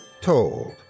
TOLD